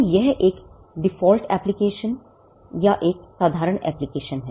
तो यह एक डिफाल्ट एप्लिकेशन है